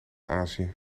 azië